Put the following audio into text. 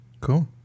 cool